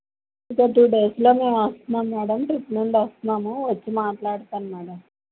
ఇంకా టూ డేస్లో మేము వస్త్నాం మ్యాడం ట్రిప్ నుండి వస్తున్నాము వచ్చి మాట్లాడతాను మ్యాడం